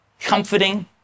comforting